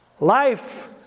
Life